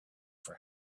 for